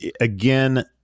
Again